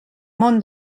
món